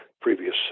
previous